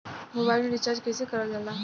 Mobile में recharge कइसे करल जाला?